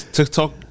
TikTok